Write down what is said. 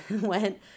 went